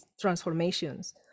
transformations